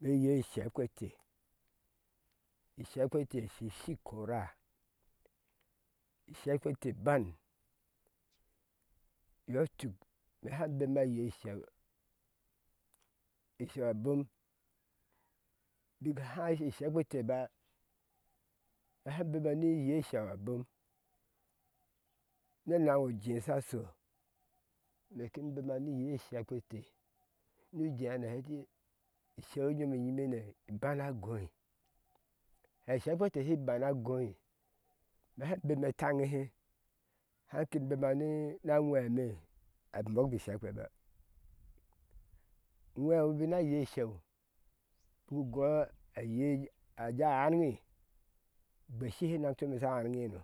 Me yei ishekpete ishekpete shishi kora ishekpete ban yɔi tuk me hai bemime a yei sheu isheu a bom bikhai shi ishekpete ba me hai bema ni yei sheu a bom ne enaŋ ojɛɛ shasho meki bema ni yei shekpete nu jɛɛ hane hɛti isheu nyomi nyimene ibanagɔ hɛ shekpete shi bana gɔi nu hai bemime etaŋi he haki bema ni na awhee me a mok bishekpw ba uwheeŋo bik na yee sheu bu gɔ a yee jee arŋi gbeshihe naŋ come yesha arŋiheno